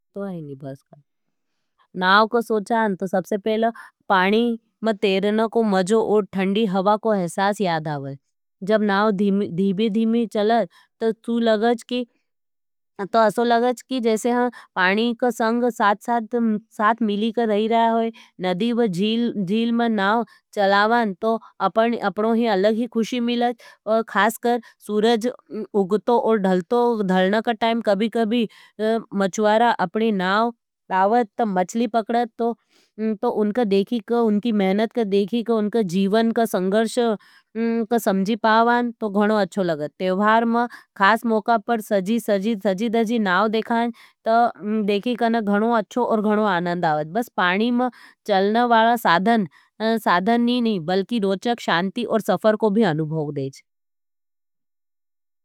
नाव को सोचान तो सबसे पहला पाणी में तेरना को मज़ो और ठंडी हवा को अहसास याद आवे। जब नाव धीबी-धीबी चला तो आसो लगज असो लगज कि जैसे हम पाणी को संग साथ-साथ मिली कर रही रहा होई, नदि व झील में नाव चलावान तो आपने अपनो ही अलगी खुशी मिलज। और खासकर सूरज उगतो और ढलतो ढलनों के टाइम कभी-कभी मछवारा अपने नाव प आवज तो मचली पकड़त, तो उनका देखी का उनकी मेहनत का देखी का उनका जीवन का संघर्ष का समझी पावज, तो गणो अच्छो लगत। तेवहार म, खास मोका पर सजी-धजी नाव देखान, तो देखी कना गणो अच्छो और गणो आनन्द आवज। बस पाणी मछवारा का चालान साधन नी, बल्कि रोचक, शांति और सफर को भी अनुभव देखिज।